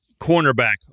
cornerback